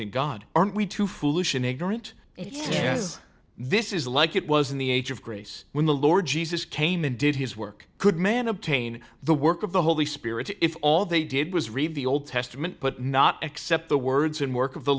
in god aren't we too foolish and ignorant it is this is like it was in the age of grace when the lord jesus came and did his work could man obtain the work of the holy spirit if all they did was read the old testament but not accept the words and work of the